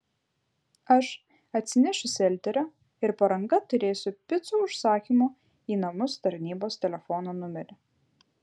aš atsinešiu selterio ir po ranka turėsiu picų užsakymų į namus tarnybos telefono numerį